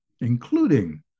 including